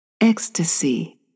Ecstasy